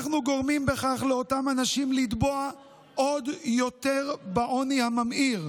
אנחנו גורמים בכך לאותם אנשים לטבוע עוד יותר בעוני הממאיר.